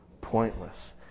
pointless